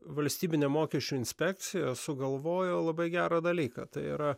valstybinė mokesčių inspekcija sugalvojo labai gerą dalyką tai yra